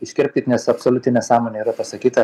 iškirpkit nes absoliuti nesąmonė yra pasakyta